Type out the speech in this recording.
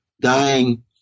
dying